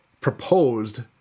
proposed